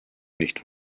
nicht